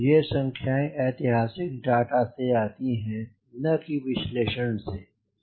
ये संख्याएँ ऐतिहासिक डाटा से आती हैं न कि विश्लेषण द्वारा